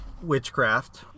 witchcraft